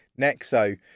Nexo